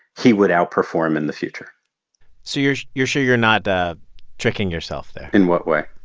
he would outperform in the future so you're you're sure you're not ah tricking yourself there? in what way?